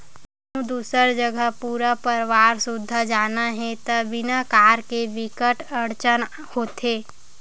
कहूँ दूसर जघा पूरा परवार सुद्धा जाना हे त बिना कार के बिकट अड़चन होथे